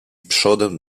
przodem